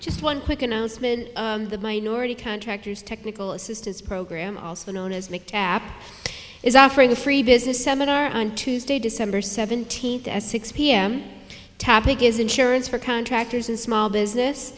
just one quick announcement the minority contractors technical assistance program also known as the app is offering a free business seminar on tuesday december seventeenth at six p m topic is insurance for contractors and small business